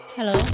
Hello